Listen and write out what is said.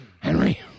Henry